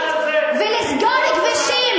ולסגור כבישים.